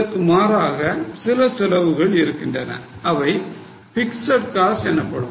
இதற்கு மாறாக சில செலவுகள் இருக்கின்றன அவை fixed cost எனப்படும்